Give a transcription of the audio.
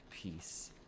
peace